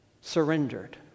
surrendered